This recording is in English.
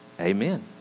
Amen